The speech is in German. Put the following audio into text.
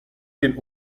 den